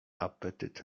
apetyt